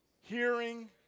hearing